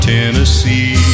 Tennessee